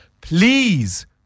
please